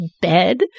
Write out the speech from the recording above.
bed